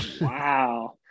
Wow